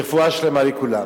רפואה שלמה לכולם.